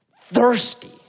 thirsty